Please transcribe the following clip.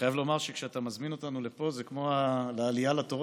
אני חייב לומר שכשאתה מזמין אותנו לפה זה כמו לעלייה לתורה,